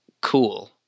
cool